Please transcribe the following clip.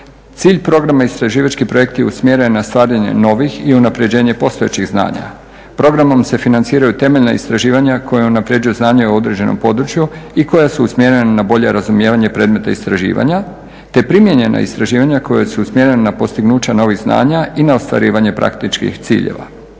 Cilj programa istraživački projekti usmjeren na stvaranje novih i unapređenje postojećih znanja. Programom se financiraju temeljna istraživanja koja unapređuju znanje o određenom području i koja su usmjerena na bolje razumijevanje predmeta istraživanja te primijenjena istraživanja koja su usmjerena na postignuća novih znanja i na ostvarivanje praktičkih ciljeva.